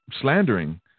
slandering